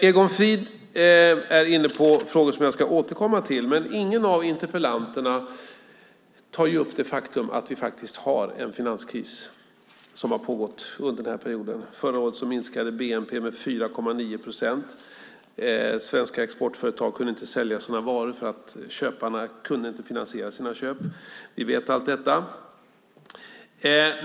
Egon Frid är inne på frågor som jag ska återkomma till, men ingen av interpellanterna tar upp det faktum att vi har en finanskris som har pågått under den här perioden. Förra året minskade bnp med 4,9 procent. Svenska exportföretag kunde inte sälja sina varor; köparna kunde inte finansiera sina köp. Vi vet allt detta.